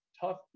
tough